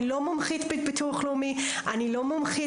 אני לא מומחית בביטוח לאומי ובזכויות.